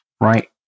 right